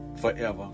forever